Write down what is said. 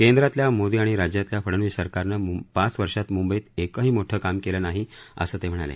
केंद्रातल्या मोदी आणि राज्यातल्या फडनवीस सरकारनं पाच वर्षात म्ंबईत एकही मोठं काम केलं नाही असं ते म्हणाले